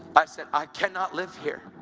i said, i cannot live here.